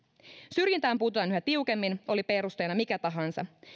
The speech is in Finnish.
syrjintään puututaan yhä tiukemmin oli perusteena mikä tahansa